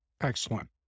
Excellent